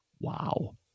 Wow